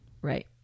Right